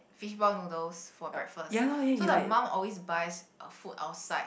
fishball noodles for breakfast so the mum always buys uh food outside